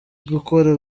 gukora